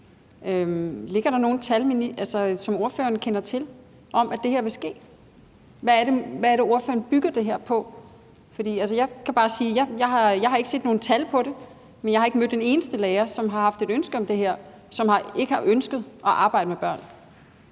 Ligger der nogen tal, som ordføreren kender til, om, at det her vil ske? Hvad er det, ordføreren bygger det her på? Jeg kan bare sige, at jeg ikke har set nogen tal på det, og jeg har ikke mødt en eneste lærer, som har haft et ønske om det her, og som ikke har ønsket at arbejde med børn.